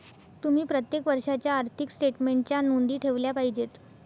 तुम्ही प्रत्येक वर्षाच्या आर्थिक स्टेटमेन्टच्या नोंदी ठेवल्या पाहिजेत